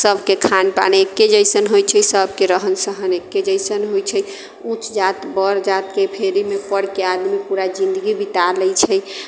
सभके खान पान एक्के जइसन होइत छै सभके रहन सहन एक्के जइसन होइत छै उच्च जाति बड़ जातिके फेरीमे पड़ि कऽ आदमी पूरा जिन्दगी बिता लैत छै